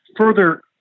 further